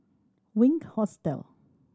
Wink Hostel